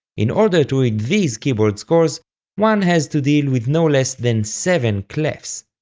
in order to read these keyboard scores one has to deal with no less than seven clefs.